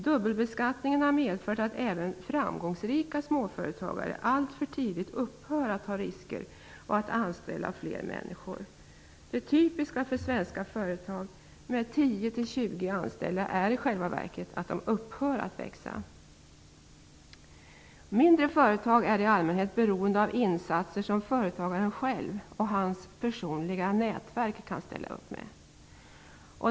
Dubbelbeskattningen har medfört att även framgångsrika småföretagare alltför tidigt upphör att ta risker och att anställa fler människor. Det typiska för svenska företag med 10-20 anställda är att de i själva verket upphör att växa. Mindre företag är i allmänhet beroende av insatser som företagaren själv och hans personliga nätverk kan ställa upp med.